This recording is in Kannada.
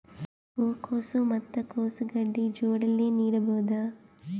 ಹೂ ಕೊಸು ಮತ್ ಕೊಸ ಗಡ್ಡಿ ಜೋಡಿಲ್ಲೆ ನೇಡಬಹ್ದ?